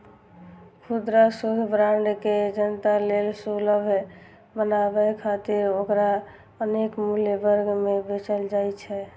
खुदरा युद्ध बांड के जनता लेल सुलभ बनाबै खातिर ओकरा अनेक मूल्य वर्ग मे बेचल जाइ छै